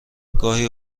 گاهی